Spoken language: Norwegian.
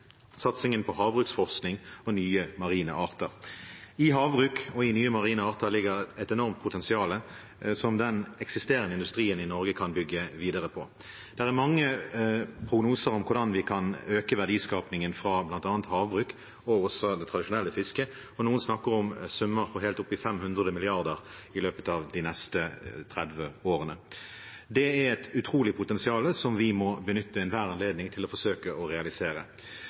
satsingen på havbruksforskning på nye marine arter. I havbruk og i nye marine arter ligger et enormt potensial som den eksisterende industrien i Norge kan bygge videre på. Der er mange prognoser om hvordan vi kan øke verdiskapingen fra bl.a. havbruk, og også fra det tradisjonelle fisket. Noen snakker om summer helt opp til 500 mrd. kr i løpet av de neste 30 årene. Det er et utrolig potensial, som vi må benytte enhver anledning til å forsøke å realisere.